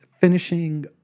finishing